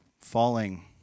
falling